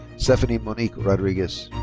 stephanie monique rodriguez.